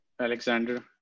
alexander